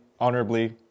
honorably